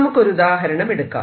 നമുക്ക് ഒരു ഉദാഹരണം എടുക്കാം